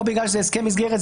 או בגלל שזה הסכם מסגרת,